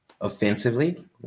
Offensively